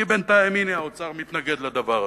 כי בינתיים האוצר מתנגד לדבר הזה.